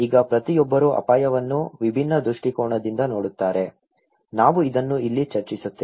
ಈಗ ಪ್ರತಿಯೊಬ್ಬರೂ ಅಪಾಯವನ್ನು ವಿಭಿನ್ನ ದೃಷ್ಟಿಕೋನದಿಂದ ನೋಡುತ್ತಾರೆ ನಾವು ಇದನ್ನು ಇಲ್ಲಿ ಚರ್ಚಿಸುತ್ತೇವೆ